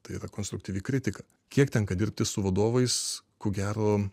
tai yra konstruktyvi kritika kiek tenka dirbti su vadovais ko gero